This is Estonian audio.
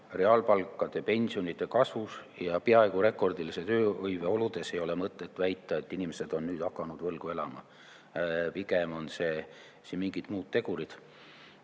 Reaalpalkade ja pensionide kasvu ja peaaegu rekordilise tööhõive oludes ei ole mõtet väita, et inimesed on nüüd hakanud võlgu elama. Pigem on siin mingid muud tegurid.